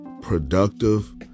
productive